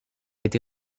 été